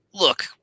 Look